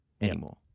anymore